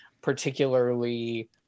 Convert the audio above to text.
particularly